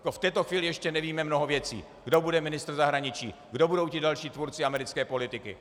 V této chvíli ještě nevíme mnoho věcí kdo bude ministr zahraničí, kdo budou ti další tvůrci americké politiky.